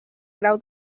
grau